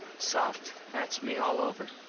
soft. thats me all over.